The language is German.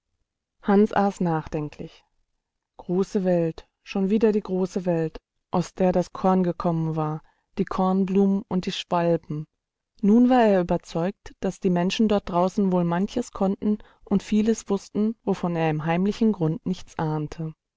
hans aß nachdenklich große welt schon wieder die große welt aus der das korn gekommen war die kornblumen und die schwalben nun war er überzeugt daß die menschen dort draußen wohl manches konnten und vieles wußten wovon er im heimlichen grund nichts ahnte